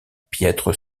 piètre